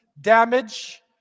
damage